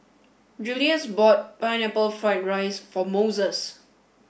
Juluis bought Pineapple Fried Rice for Moses